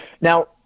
Now